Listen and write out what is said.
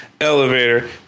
elevator